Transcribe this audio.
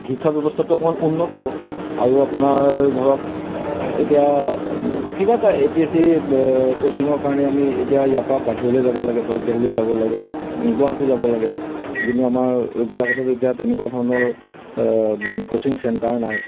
শিক্ষা ব্যৱস্থাটো অকণমান উন্নত হ'ব আৰু আপোনাৰ ধৰক এতিয়া কিবা এটা এ পি এছ চি কোচিঙৰ কাৰণে আমি এতিয়া ইয়াৰ পৰা বাহিৰলৈ যাব লাগে ধৰক দেলহি যাব লাগে গুৱাহাটী যাব লাগে কিন্তু আমাৰ গোলাঘাটত এতিয়া তেনেকুৱা ধৰণৰ কোচিং চেণ্টাৰ নাই